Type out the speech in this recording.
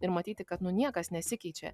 ir matyti kad nu niekas nesikeičia